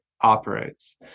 operates